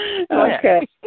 Okay